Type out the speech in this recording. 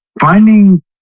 finding